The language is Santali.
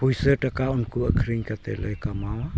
ᱯᱩᱭᱥᱟᱹᱼᱴᱟᱠᱟ ᱩᱱᱠᱩ ᱟᱹᱠᱷᱟᱨᱤᱧ ᱠᱟᱛᱮᱫᱞᱮ ᱠᱟᱢᱟᱣᱟ